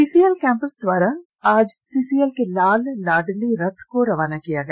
CCL campus द्वारा आज CCL के लाल लाडली रथ को रवाना किया गया